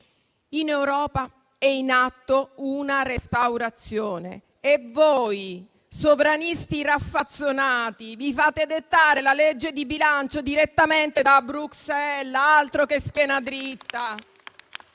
In Europa è in atto una restaurazione e voi, sovranisti raffazzonati, vi fate dettare la legge di bilancio direttamente da Bruxelles. Altro che schiena dritta!